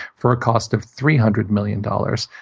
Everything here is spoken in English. for a cost of three hundred million dollars,